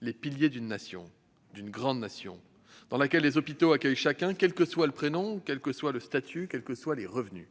les piliers d'une grande Nation dans laquelle les hôpitaux accueillent chacun, quel que soit son prénom, quel que soit son statut et quels que soient ses revenus.